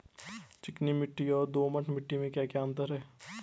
चिकनी मिट्टी और दोमट मिट्टी में क्या क्या अंतर है?